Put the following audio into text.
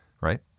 right